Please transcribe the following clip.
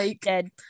dead